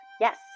Yes